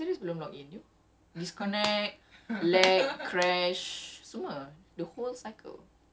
and then eh I try to log in from outram sampai past series belum log in you